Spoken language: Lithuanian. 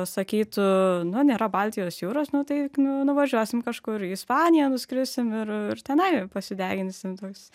sakytų nu nėra baltijos jūros nu tai nu nuvažiuosim kažkur į ispaniją nu skrisim ir ir tenai pasideginsim toks